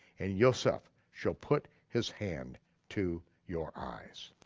and yoseph shall put his hand to your eyes.